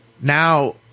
Now